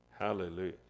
Hallelujah